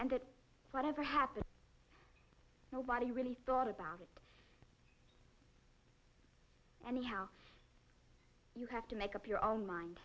and it whatever happens nobody really thought about it and how you have to make up your own mind